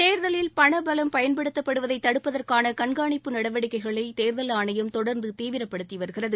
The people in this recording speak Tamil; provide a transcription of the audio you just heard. தேர்தலில் பணபலம் பயன்படுத்தப்படுவதை தடுப்பதற்கான கண்காணிப்பு நடவடிக்கைகளை தேர்தல் ஆணையம் தொடர்ந்து தீவிரப்படுத்தி வருகிறது